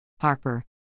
Harper